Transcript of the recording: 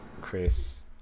Chris